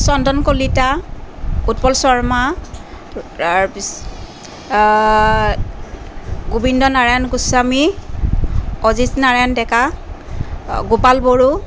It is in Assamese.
চন্দন কলিতা উৎপল শৰ্মা তাৰ গোবিন্দ নাৰায়ণ গোস্বামী অজিত নাৰায়ণ ডেকা গোপাল বড়ো